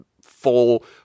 full